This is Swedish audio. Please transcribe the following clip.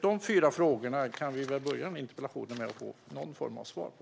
De fyra frågorna kan vi väl börja interpellationsdebatten med någon form av svar på.